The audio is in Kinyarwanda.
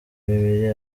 bibiri